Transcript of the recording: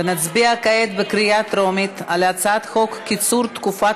נצביע כעת בקריאה טרומית על הצעת חוק קיצור תקופת